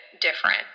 different